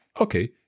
Okay